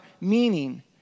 meaning